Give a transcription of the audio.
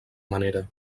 manera